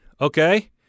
Okay